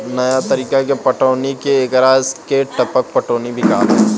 नया तरीका के पटौनी के एकरा के टपक पटौनी भी कहाला